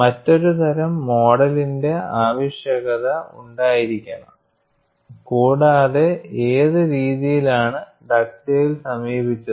മറ്റൊരു തരം മോഡലിന്റെ ആവശ്യകത ഉണ്ടായിരിക്കണം കൂടാതെ ഏത് രീതിയിലാണ് ഡഗ്ഡേൽ സമീപിച്ചത്